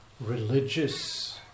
religious